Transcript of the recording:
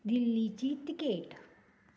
दिल्लीची तिकेट